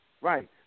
Right